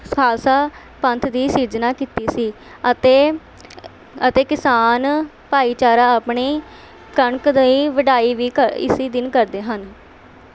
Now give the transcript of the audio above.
ਖਾਲਸਾ ਪੰਥ ਦੀ ਸਿਰਜਣਾ ਕੀਤੀ ਸੀ ਅਤੇ ਅਤੇ ਕਿਸਾਨ ਭਾਈਚਾਰਾ ਆਪਣੀ ਕਣਕ ਦੀ ਵਢਾਈ ਵੀ ਕ ਇਸ ਦਿਨ ਕਰਦੇ ਹਨ